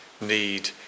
need